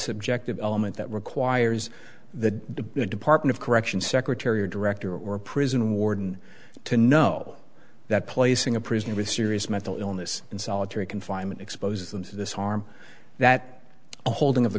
subjective element that requires the department of corrections secretary or director or prison warden to know that placing a prisoner with serious mental illness in solitary confinement exposes them to this harm that the holding of the